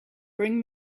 bring